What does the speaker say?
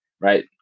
Right